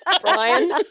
Brian